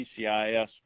PCIS